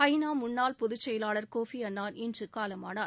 ஐ நா முன்னாள் பொதுச்செயலாளர் கோபி அன்னாள் இன்று காலமானார்